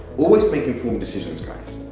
always make informed decisions guys.